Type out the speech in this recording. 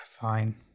Fine